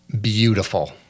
beautiful